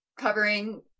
covering